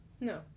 No